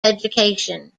education